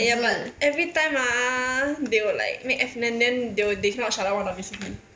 ya but everytime ah they would like make F&N then they would they cannot shut up one ah basically